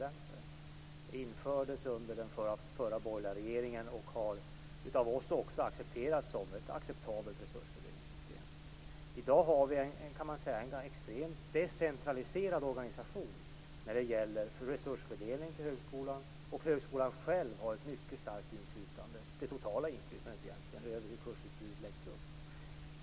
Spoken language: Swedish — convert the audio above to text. Det systemet infördes under den förra borgerliga regeringen och har av oss också godkänts som ett acceptabelt resursfördelningssystem. I dag har vi en extremt decentraliserad organisation för resursfördelning till högskolan. Högskolan själv har ett mycket starkt inflytande, egentligen det totala inflytandet, över hur kursutbudet läggs upp.